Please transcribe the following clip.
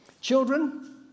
Children